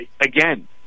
again